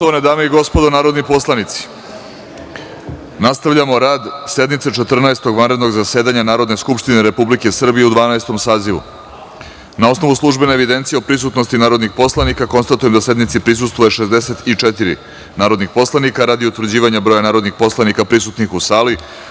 dame i gospodo narodni poslanici, nastavljamo rad sednice Četrnaestog vanrednog zasedanja Narodne skupštine Republike Srbije u Dvanaestom sazivu. Na osnovu službene evidencije o prisutnosti narodnih poslanika, konstatujem da sednici prisustvuje 64 narodna poslanika. Radi utvrđivanja broja narodnih poslanika prisutnih u sali,